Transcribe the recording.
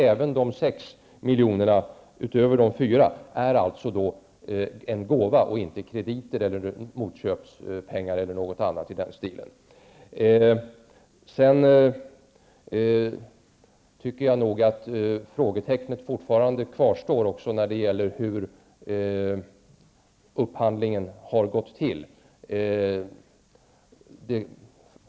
Även de sex miljonerna, utöver de fyra, är alltså en gåva och inte krediter, motköpspengar eller något annat i den stilen. Sedan tycker jag nog att frågetecknet fortfarande kvarstår också när de gäller hur upphandlingen har gått till.